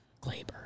Glaber